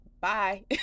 bye